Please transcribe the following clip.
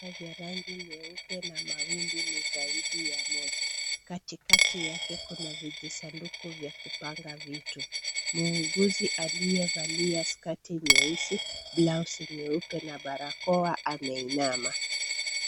Vifaa vya rangi nyeupe na mawimbi ni zaidi ya moja. Katikati yake kuna vijisanduku vya kupanga vitu. Muuguzi aliyevali skati nyeusi, blausi nyeupe, na barakoa, ameinama.